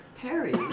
Perry